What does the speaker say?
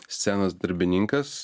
scenos darbininkas